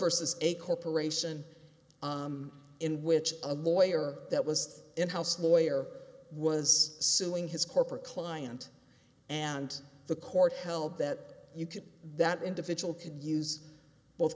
as a corporation in which a lawyer that was in house lawyer was suing his corporate client and the court held that you could that individual could use both